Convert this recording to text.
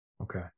Okay